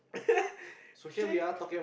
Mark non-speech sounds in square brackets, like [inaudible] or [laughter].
[laughs]